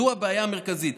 זאת הבעיה המרכזית.